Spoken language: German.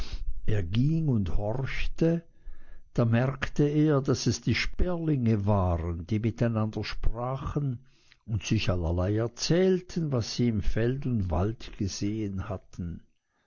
er ging hin und horchte da merkte er daß es die sperlinge waren die miteinander sprachen und sich allerlei erzählten was sie im felde und walde gesehen hatten